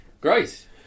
great